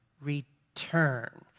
return